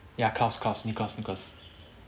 ya claus claus nicholas nicholas